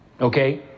Okay